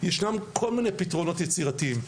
ישנם כל מיני פתרונות יצירתיים,